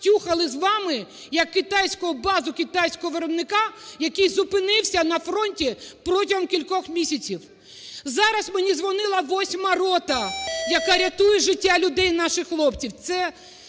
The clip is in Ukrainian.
"втюхали" з вами як китайську базу китайського виробника, який зупинився на фронті протягом кількох місяців. Зараз мені дзвонила 8-а рота, яка рятує життя людей, наших хлопців,